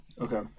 Okay